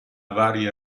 varie